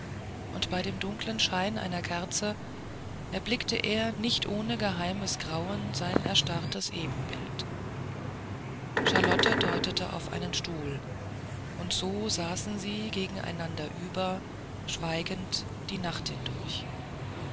und bei dem dunklen schein einer kerze erblickte er nicht ohne geheimes grausen sein erstarrtes ebenbild charlotte deutete auf einen stuhl und so saßen sie gegeneinander über schweigend die nacht hindurch